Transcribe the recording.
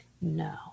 No